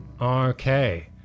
Okay